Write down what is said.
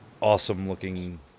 awesome-looking